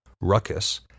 Ruckus